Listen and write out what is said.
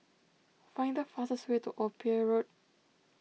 find the fastest way to Old Pier Road